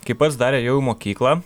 kai pats dar ėjau į mokyklą